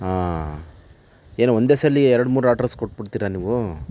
ಹಾಂ ಏನು ಒಂದೇ ಸಲ ಎರಡ್ಮೂರು ಆರ್ಡ್ರಸ್ ಕೊಟ್ಟು ಬಿಡ್ತೀರಾ ನೀವು